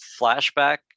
flashback